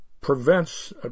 prevents